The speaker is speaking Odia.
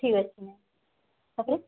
ଠିକ୍ ଅଛି ମ୍ୟାମ୍ ତା'ପ୍ରେ